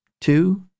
two